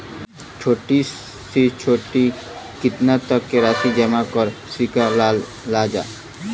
छोटी से छोटी कितना तक के राशि जमा कर सकीलाजा?